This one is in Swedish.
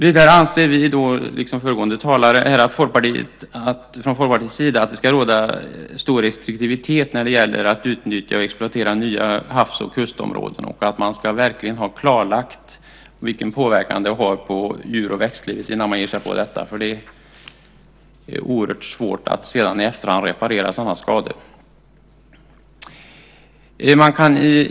Vidare anser vi från Folkpartiets sida, liksom föregående talare, att det ska råda stor restriktivitet när det gäller att utnyttja och exploatera nya havs och kustområden. Man ska verkligen ha klarlagt vilken påverkan det har på djur och växtlivet innan man ger sig på detta, för det är oerhört svårt att i efterhand reparera sådana skador.